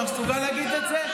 אתה מסוגל להגיד את זה?